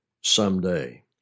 someday